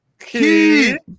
keep